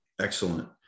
Excellent